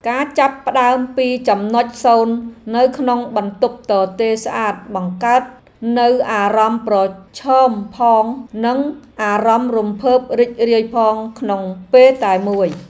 ការចាប់ផ្ដើមពីចំណុចសូន្យនៅក្នុងបន្ទប់ទទេរស្អាតបង្កើតនូវអារម្មណ៍ប្រឈមផងនិងអារម្មណ៍រំភើបរីករាយផងក្នុងពេលតែមួយ។